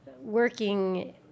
working